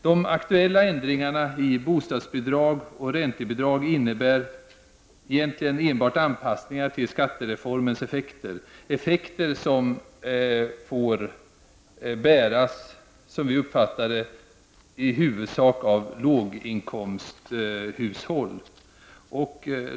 De aktuella ändringarna i bostadsbidrag och räntebidrag innebär egentligen enbart anpassningar till skattereformens effekter, effekter som får bäras — som vi uppfattar det — i huvudsak av låginkomsthushåll.